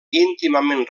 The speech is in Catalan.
íntimament